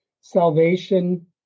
salvation